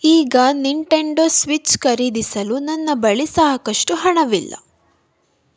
ಈಗ Nintendo Switch ಖರೀದಿಸಲು ನನ್ನ ಬಳಿ ಸಾಕಷ್ಟು ಹಣವಿಲ್ಲ